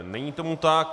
Není tomu tak.